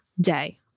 day